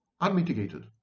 unmitigated